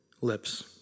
lips